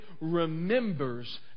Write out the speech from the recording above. remembers